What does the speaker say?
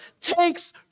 takes